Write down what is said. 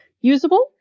usable